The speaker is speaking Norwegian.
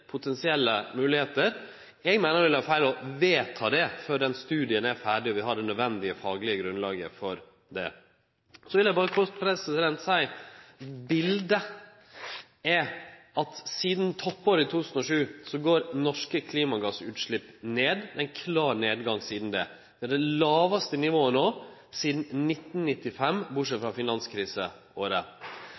potensielle moglegheiter. Eg meiner det ville vere feil å vedta det før den studien er ferdig, og før vi har det nødvendige faglege grunnlaget. Så vil eg berre kort seie at sidan toppåret i 2007 er bildet at norske klimagassutslepp går ned – ein klar nedgang sidan det. Vi har nå det lågaste nivået sidan 1995, bortsett frå finanskriseåret. Det er realistisk å nå